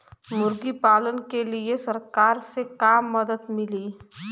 मुर्गी पालन के लीए सरकार से का मदद मिली?